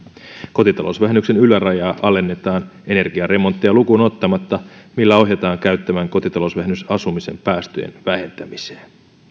kotitalousvähennyksen ylärajaa alennetaan energiaremontteja lukuun ottamatta millä ohjataan käyttämään kotitalousvähennys asumisen päästöjen vähentämiseen